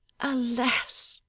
alas!